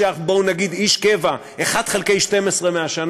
עכשיו בואו נגיד איש קבע 1/12 מהשנה,